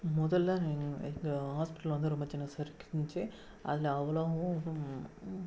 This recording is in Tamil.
முதல்ல எங் எங்கள் ஹாஸ்பிடல் வந்து ரொம்ப சின்னதா இருக்கிந்ச்சு அதில் அவ்வளவும்